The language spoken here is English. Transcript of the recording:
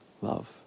love